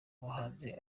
umuhanzi